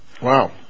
Wow